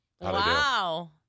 Wow